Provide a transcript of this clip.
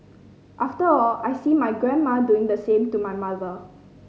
after all I see my grandma doing the same to my mother